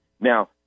Now